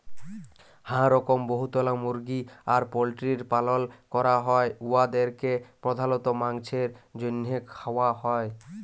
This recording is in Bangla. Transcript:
হাঁ রকম বহুতলা মুরগি আর পল্টিরির পালল ক্যরা হ্যয় উয়াদেরকে পর্ধালত মাংছের জ্যনহে খাউয়া হ্যয়